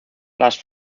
las